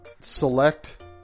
select